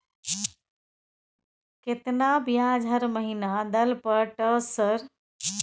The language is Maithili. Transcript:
केतना ब्याज हर महीना दल पर ट सर?